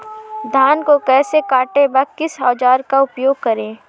धान को कैसे काटे व किस औजार का उपयोग करें?